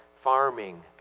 farming